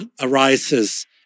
arises